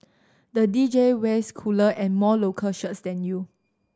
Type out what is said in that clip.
the D J wears cooler and more local shirts than you